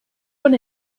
run